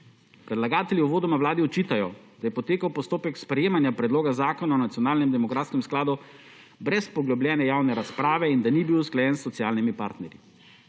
Predlagatelji uvodoma Vladi očitajo, da je potekel postopek sprejemanja Predloga zakona o nacionalnem demografskem skladu brez poglobljene javne razprave in da ni bil usklajen s socialnimi partnerji.